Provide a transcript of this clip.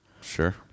Sure